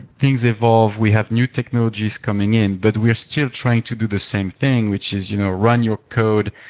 things evolve. we have new technologies coming in, but we are still trying to do the same thing, which is you know run your code.